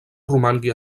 romangui